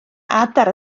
adar